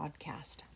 podcast